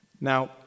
Now